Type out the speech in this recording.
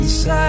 Inside